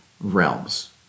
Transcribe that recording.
realms